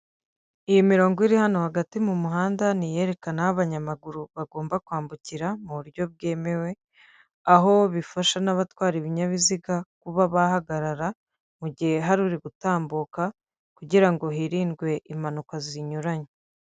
Iyi mirongo iri hano hagati mu muhanda ni iyerekana aho abanyamaguru bagomba kwambukira mu buryo bwemewe aho yifasha n'abatwara ibinyabiziga kuba bahagarara mu gihe hari uri gutambuka kugirango hirindwe impanuka zinyuranye.